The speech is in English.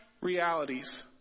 realities